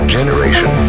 Generation